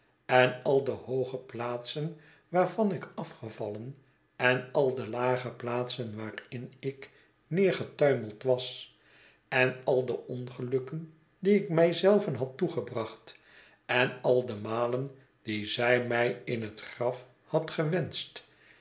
en al de hooge piaatsen waarvan ik afgevallen en al de lage plaatsen waarin ik neergetuimeld was en al de ongelukken die ik mij zelven had toegebracht en al de malen die zij mij in het'graf had gewenscht